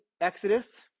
Exodus